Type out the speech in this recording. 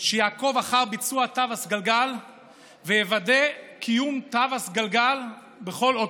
שיעקוב אחר ביצוע התו הסגול ויוודא קיום התו הסגול בכל אוטובוס.